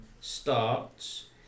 starts